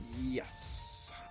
Yes